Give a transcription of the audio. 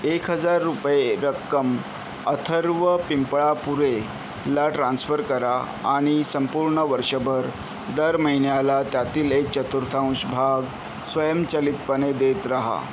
एक हजार रुपये रक्कम अथर्व पिंपळापुरेला ट्रान्स्फर करा आणि संपूर्ण वर्षभर दर महिन्याला त्यातील एक चतुर्थांश भाग स्वयंचलितपणे देत रहा